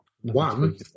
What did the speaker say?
One